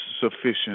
sufficient